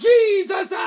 Jesus